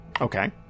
Okay